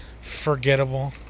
forgettable